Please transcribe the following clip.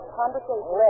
conversation